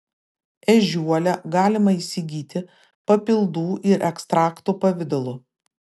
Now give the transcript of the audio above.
ežiuolę galima įsigyti papildų ir ekstraktų pavidalu